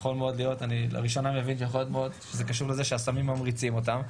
אני לראשונה מבין שיכול מאוד להיות שזה קשור לזה שהסמים ממריצים אותם,